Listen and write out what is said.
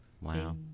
Wow